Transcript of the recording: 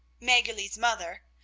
maggerli's mother,